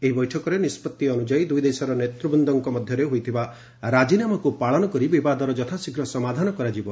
ଏହି ବୈଠକର ନିଷ୍ପଭି ଅନୁଯାୟୀ ଦୁଇଦେଶର ନେତ୍ୱବୃନ୍ଦଙ୍କ ମଧ୍ୟରେ ହୋଇଥିବା ରାଜିନାମାକୁ ପାଳନ କରି ବିବାଦର ଯଥାଶୀଘ୍ର ସମାଧାନ କରାଯିବ